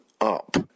up